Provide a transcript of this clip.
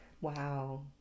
Wow